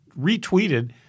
retweeted